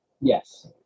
Yes